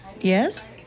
Yes